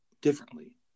differently